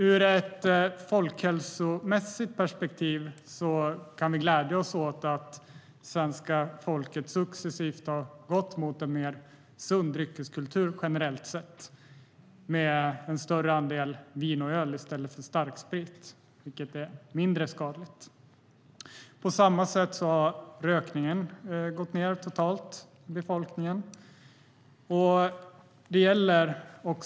Ur ett folkhälsomässigt perspektiv kan vi glädja oss åt att svenska folket generellt sett successivt gått mot en sundare dryckeskultur med en större andel vin och öl i stället för starksprit, vilket är mindre skadligt. På samma sätt har rökningen gått ned totalt i befolkningen.